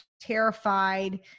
terrified